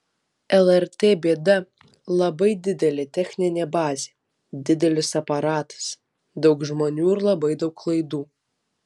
lrt bėda labai didelė techninė bazė didelis aparatas daug žmonių ir labai daug laidų